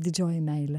didžioji meilė